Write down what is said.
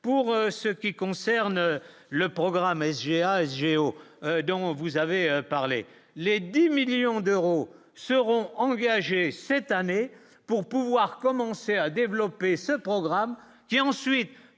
pour ce qui concerne le programme SGA SG au dont vous avez parlé les 10 millions d'euros seront engagés cette année pour pouvoir commencer à développer ce programme qui ensuite